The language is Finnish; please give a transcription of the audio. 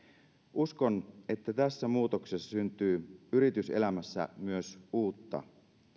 uskon että tässä muutoksessa syntyy yrityselämässä myös uutta